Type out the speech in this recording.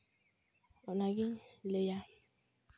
ᱚᱱᱟᱜᱮᱧ ᱞᱟᱹᱭᱟ